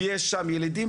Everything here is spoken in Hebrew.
ויש שם ילידים,